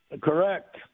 Correct